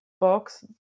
box